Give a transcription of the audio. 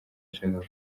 yashakaga